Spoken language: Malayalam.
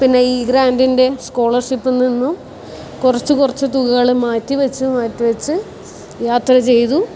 പിന്നെ ഈ ഗ്രാൻറ്റിൻ്റെ സ്കോളർഷിപ്പിൽ നിന്നും കുറച്ച് കുറച്ച് തുകകൾ മാറ്റി വെച്ച് മാറ്റി വെച്ച് യാത്ര ചെയ്തു